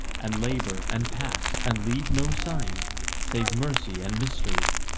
and labour and pass and leave no signs save mercy and mystery?